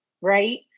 right